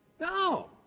No